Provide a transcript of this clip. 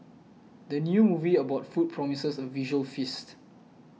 the new movie about food promises a visual feast